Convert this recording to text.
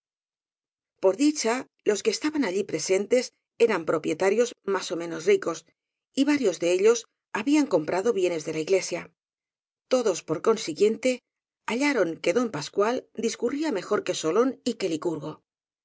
por dicha los que estaban allí presentes eran propietarios más ó menos ricos y varios de ellos habían comprado bienes de la iglesia todos por consiguiente hallaron que don pascual discurría mejor que solón y que